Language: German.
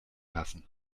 lassen